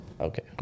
Okay